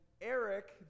Eric